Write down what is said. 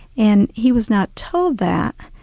and he was not told that.